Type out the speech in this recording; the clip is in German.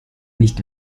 nicht